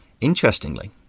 Interestingly